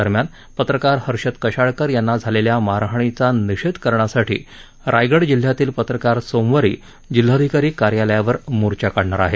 दरम्यान पत्रकार हर्षद कशाळकर यांना झालेल्या मारहाणीचा निषेध करण्यासाठी रायगड जिल्ह्यातील पत्रकार सोमवारी जिल्हाधिकारी कार्यालयावर मोर्चा काढणार आहेत